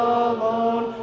alone